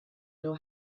know